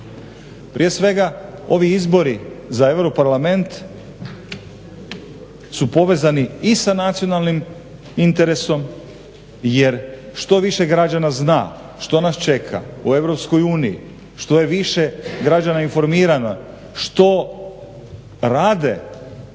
Prije svega ovi izbori za Euro parlament su povezani i sa nacionalnim interesom jer što više građana zna što nas čeka u EU, što je više građana informirano, što rade